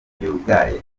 vyugaye